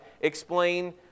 explain